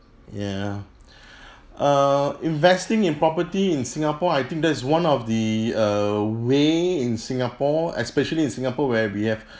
ya err investing in property in singapore I think that's one of the err way in singapore especially in singapore where we have